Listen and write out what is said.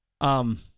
Um-